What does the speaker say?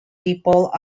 people